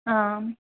आम्